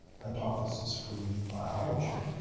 hypothesis-free biology,